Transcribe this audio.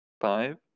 Five